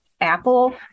Apple